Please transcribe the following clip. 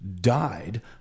died